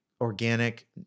organic